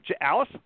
Alice